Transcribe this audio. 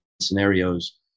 scenarios